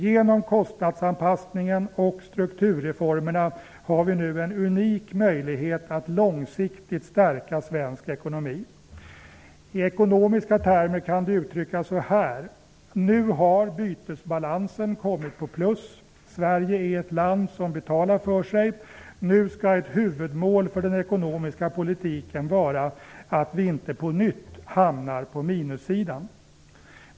Genom konstnadsanpassningen och strukturreformerna har vi nu en unik möjlighet att långsiktigt stärka svensk ekonomi. I ekonomiska termer kan det uttryckas på följande vis. Nu har bytesbalansen kommit på plus. Sverige är ett land som betalar för sig. Nu skall ett huvudmål för den ekonomiska politiken vara att vi inte på nytt hamnar på minussidan.